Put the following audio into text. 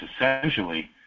essentially